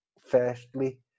firstly